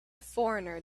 foreigner